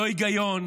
לא היגיון,